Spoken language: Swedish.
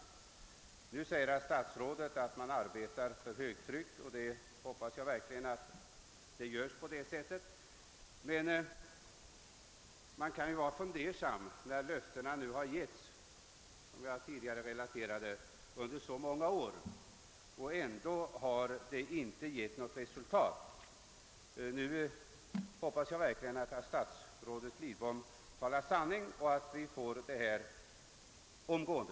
Nu säger statsrådet att man arbetar för högtryck, och jag hoppas verkligen att så också är fallet. Man kan ju bli litet fundersam när löftena avgivits tidigare under så många år utan att ge några resultat. Jag hoppas verkligen att statsrådet Lidbom nu talar sanning och att vi får en förbättring omgående.